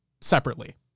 separately